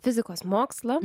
fizikos mokslą